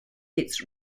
its